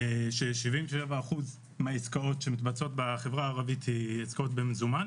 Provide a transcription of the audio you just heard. ש-77% מהעסקאות שמתבצעות בחברה הערבית הן עסקאות במזומן